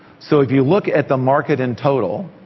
so if you look at the market in total,